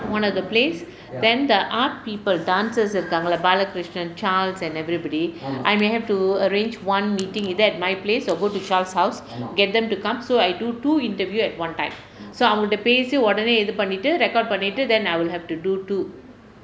one of the place then the art people dancers இருக்காங்க இல்ல:irukkaanga illa balakrishnan charles and everybody I may have to arrange one meeting either at my place or go to charles's house get them to come so I do two interview at one time so அவங்ககிட்ட பேசி உடனே இது பண்ணிட்டு:avangakitta pesi udanae ithu pannittu record பண்ணிட்டு:pannittu then I will have to do two